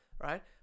right